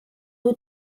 who